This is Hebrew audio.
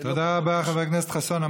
תודה רבה, חבר הכנסת חסון.